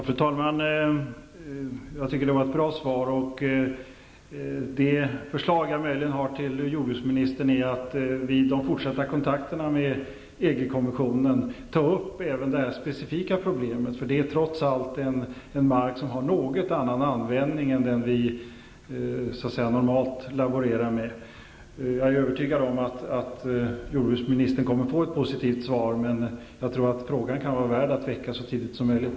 Fru talman! Jag tycker att det var ett bra svar. Mitt förslag till jordbruksministern är att man vid de fortsatta kontakterna med EG-kommissionen även skall ta upp det här specifika problemet. Det är trots allt fråga om en mark som har en något annan användning än den vi normalt laborerar med. Jag är övertygad om att jordbruksministern kommer att få ett positivt svar. Men jag tror att frågan kan vara värd att väckas så tidigt som möjligt.